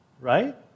Right